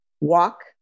Walk